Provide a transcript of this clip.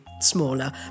smaller